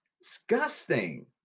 Disgusting